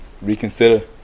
Reconsider